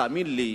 תאמין לי,